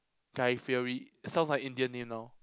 guy-fieri sounds like Indian name now